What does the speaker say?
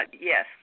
yes